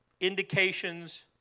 indications